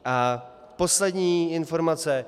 A poslední informace.